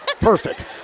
Perfect